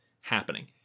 happening